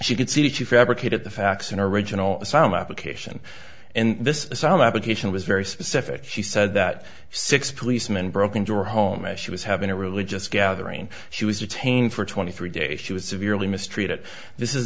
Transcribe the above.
she could see to fabricate at the facts and original asylum application in this asylum application was very specific she said that six policemen broke into her home and she was having a religious gathering she was detained for twenty three days she was severely mistreated this is